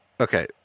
okay